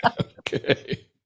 Okay